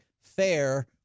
fair